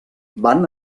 van